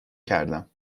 کردم